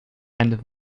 and